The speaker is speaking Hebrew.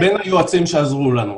הם היו בין היועצים שעזרו לנו.